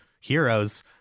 heroes